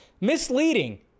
misleading